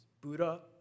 Buddha